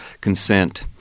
consent